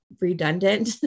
redundant